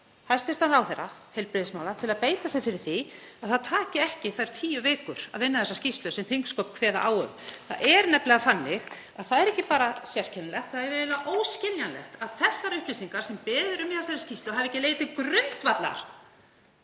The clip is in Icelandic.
hæstv. ráðherra heilbrigðismála til að beita sér fyrir því að það taki ekki þær tíu vikur að vinna þessa skýrslu sem þingsköp kveða á um. Það er nefnilega ekki bara sérkennilegt, það er eiginlega óskiljanlegt að þær upplýsingar sem beðið er um í þessari skýrslu hafi ekki legið til grundvallar